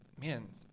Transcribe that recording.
man